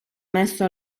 messo